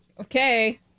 Okay